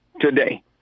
today